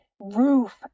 Roof